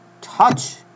touch